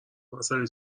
مسئله